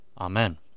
Amen